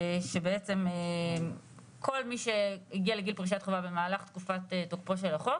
שבעצם אומרת שכל מי שהגיע לגיל פרישת חובה במהלך תקופת תוקפו של החוק